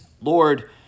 Lord